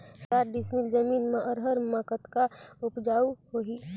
साठ डिसमिल जमीन म रहर म कतका उपजाऊ होही?